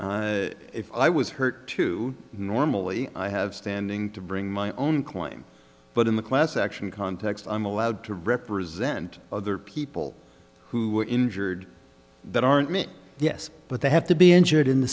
hurt if i was hurt too normally i have standing to bring my own coin but in the class action context i'm allowed to represent other people who were injured that aren't me yes but they have to be injured in the